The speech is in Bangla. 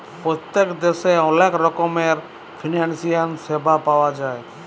পত্তেক দ্যাশে অলেক রকমের ফিলালসিয়াল স্যাবা পাউয়া যায়